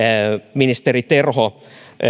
ministeri terho